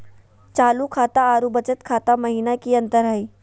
चालू खाता अरू बचत खाता महिना की अंतर हई?